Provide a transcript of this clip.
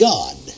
God